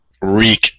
Reek